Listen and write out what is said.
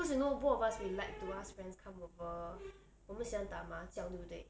cause you know both of us we like to ask friends come over 我们喜欢打麻将对不对